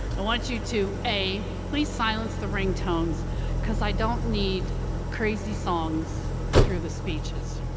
i want you to a, please silence the ringtones cause i don't need crazy songs through the speeches.